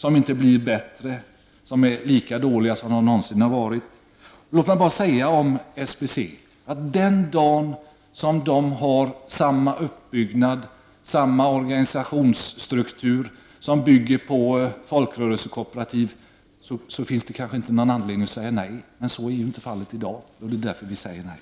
De blir inte bättre, utan de är lika dåliga som de någonsin har varit. Den dag som SBC har samma uppbyggnad och samma organisationsstruktur som bygger på folkrörelsekooperativ finns det kanske inte någon anledning att säga nej. Men så är ju inte fallet i dag. Det är därför som vi säger nej.